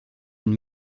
une